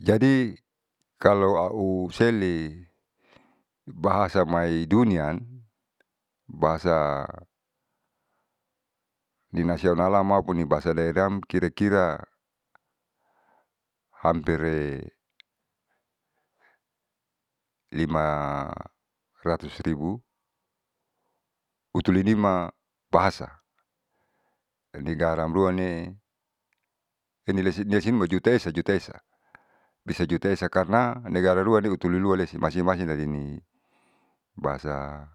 Jadi kalo auseli bahasa maidunian bahasa ninasialam maupun bahasa daerahm kira kira hampire lima ratus ribu hutuli nima bahasa nigaramruane ini lesima juta esa juta esa bisa juta esa karna negarari liu hutulilua masin masin tati ini bahasa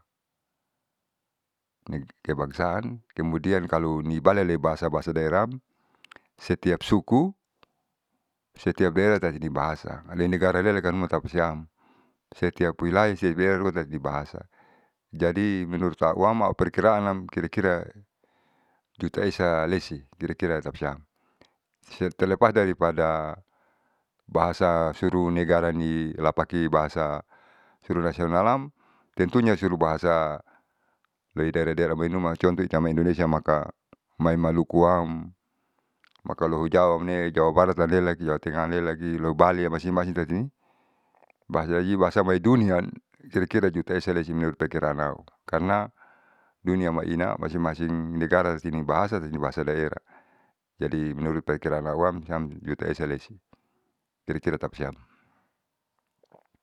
neg kebangsaan kemudian kalo nibahasa daerah setiap suku setiap daerah tatini bahasa alela negara lela haruma tapasiam setiap wilaya seberu atati bahasa. Jadi menurut auam au perkiraanam kira kira juta esa lesi kira kira tapasiam siam terlepas dari pada bahasa suruh negarani lapake bahasa nasionalam tentunya suruh bahasa loidaerah daerah moinuma contoh itamai indonesia maka mai malukuam maloho jawane jawa barat lalelaki jawa tangah lelalaki loubali masin masin tati bahasai bahasa maidunian kira kira juta esa lesi menurut takiranau karna dunia maina masin masin negara sini bahasa tati bahasa daerah jadi menurut perkiraan auam siam juta esa lesi kira kira tapasiam.